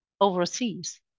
overseas